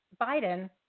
Biden